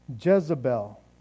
Jezebel